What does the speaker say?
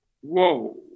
Whoa